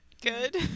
good